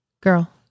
girl